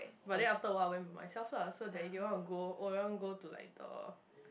but then after awhile I went myself lah so that year you want to go oh you want go to like the